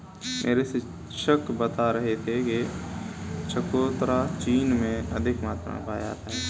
मेरे शिक्षक बता रहे थे कि चकोतरा चीन में अधिक मात्रा में पाया जाता है